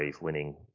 winning